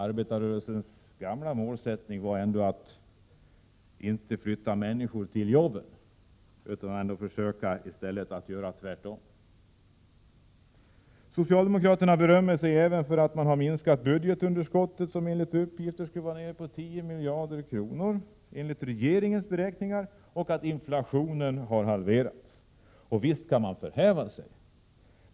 Arbetarrörelsens gamla målsättning var ändå att inte flytta människorna till jobben utan att försöka göra tvärtom. Socialdemokraterna berömmer sig även för att de har minskat budgetunderskottet, som enligt regeringens beräkningar skall vara nere på 10 miljarder, och för att inflationen har halverats. Visst kan man förhäva sig.